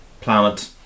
planet